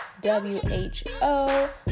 W-H-O